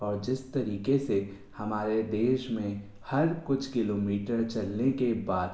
और जिस तरीके से हमारे देश में हर कुछ किलोमीटर चलने के बाद